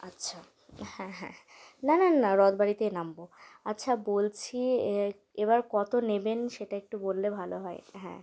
আচ্ছা হ্যাঁ হ্যাঁ না না না রথ বাড়িতেই নামবো আচ্ছা বলছি এ এবার কত নেবেন সেটা একটু বললে ভালো হয় হ্যাঁ